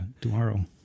tomorrow